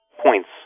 points